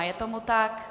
Je tomu tak?